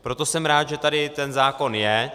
Proto jsem rád, že tady ten zákon je.